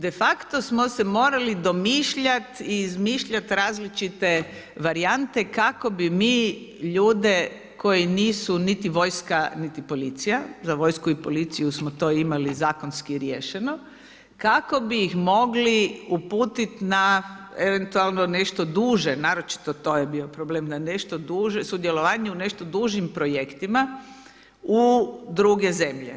De facto smo se morali domišljati i izmišljati različite varijante kako bi mi ljude koji nisu niti vojska niti policija, za vojsku i policiju smo to imali zakonski riješeno kako bi ih mogli uputiti na eventualno nešto duže naročito to je bio problem, na nešto duže, sudjelovanje u nešto dužim projektima u druge zemlje.